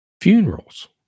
funerals